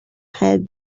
had